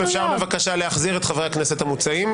אפשר בבקשה להחזיר את חברי הכנסת המוצעים,